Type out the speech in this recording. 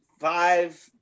five